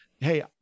Hey